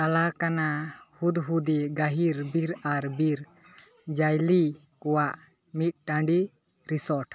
ᱛᱟᱞᱟᱠᱟᱱᱟ ᱦᱩᱫᱽᱦᱩᱫᱤ ᱜᱟᱹᱦᱤᱨ ᱵᱤᱨ ᱟᱨ ᱵᱤᱨ ᱡᱟᱭᱞᱤ ᱠᱚᱣᱟᱜ ᱢᱤᱫᱴᱟᱱ ᱨᱤᱥᱚᱴ